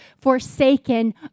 forsaken